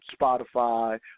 Spotify